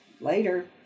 Later